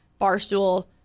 Barstool